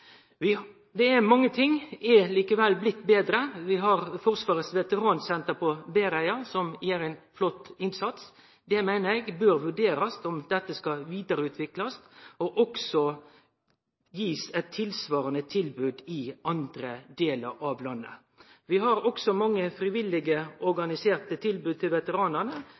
Mange ting er likevel blitt betre. Vi har Forsvarets veteransenter på Bæreia som gjer ein flott innsats. Eg meiner det bør vurderast om dette skal bli vidareutvikla, og om det skal bli gitt eit tilsvarande tilbod i andre delar av landet. Vi har også mange frivillige organiserte tilbod til veteranane.